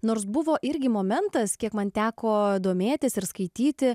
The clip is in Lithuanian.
nors buvo irgi momentas kiek man teko domėtis ir skaityti